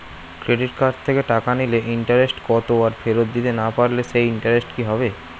Credit card থেকে টাকা নিলে ইন্টারেস্ট কত আর ফেরত দিতে না পারলে সেই ইন্টারেস্ট কি হবে?